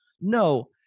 no